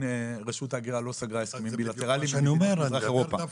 רשות ההגירה לא סגרה הסכמים בילטרליים עם מזרח אירופה.